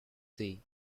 see